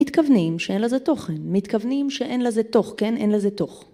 מתכוונים שאין לזה תוכן מתכוונים שאין לזה תוך כן אין לזה תוך